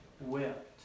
wept